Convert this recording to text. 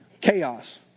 chaos